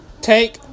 take